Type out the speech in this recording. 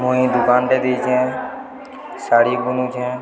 ମୁଇଁ ଦୁକାନଟେ ଦେଇଛେ ଶାଢ଼ୀ ବୁନୁଛେଁ